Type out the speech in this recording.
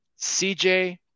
cj